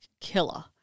killer